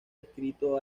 escrito